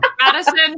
Madison